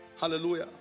hallelujah